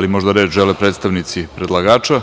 li možda reč žele predstavnici predlagača?